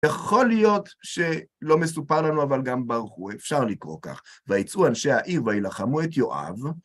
יכול להיות שלא מסופר לנו, אבל גם ברחו, אפשר לקרוא כך, ויצאו אנשי העיר וילחמו את יואב